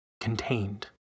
contained